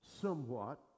somewhat